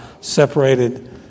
separated